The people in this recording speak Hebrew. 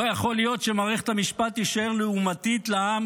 לא יכול להיות שמערכת המשפט תישאר לעומתית לעם